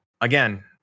again